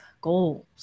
goals